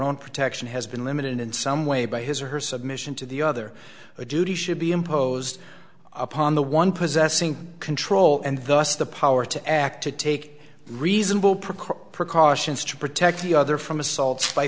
own protection has been limited in some way by his or her submission to the other a duty should be imposed upon the one possessing control and thus the power to act to take reasonable precaution precautions to protect the other from assault by